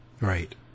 Right